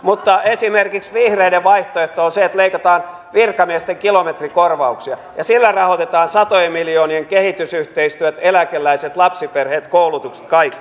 mutta esimerkiksi vihreiden vaihtoehto on se että leikataan virkamiesten kilometrikorvauksia ja sillä rahoitetaan satojen miljoonien kehitysyhteistyöt eläkeläiset lapsiperheet koulutukset ja kaikki